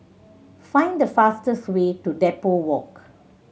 find the fastest way to Depot Walk